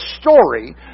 story